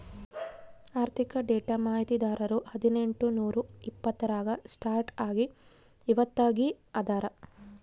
ಆರ್ಥಿಕ ಡೇಟಾ ಮಾಹಿತಿದಾರರು ಹದಿನೆಂಟು ನೂರಾ ಎಪ್ಪತ್ತರಾಗ ಸ್ಟಾರ್ಟ್ ಆಗಿ ಇವತ್ತಗೀ ಅದಾರ